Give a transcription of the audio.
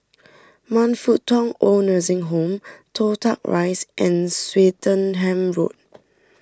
Man Fut Tong Oid Nursing Home Toh Tuck Rise and Swettenham Road